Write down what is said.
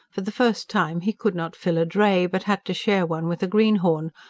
for the first time he could not fill a dray, but had to share one with a greenhorn,